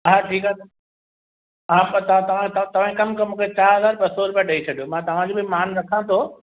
हा ठीकु आहे हा तव्हां हिकु कमु कयो तव्हां मूंखे चारि हज़ार ॿ सौ रुपया ॾेई छॾियो मां तव्हां जो बि मानु रखां थो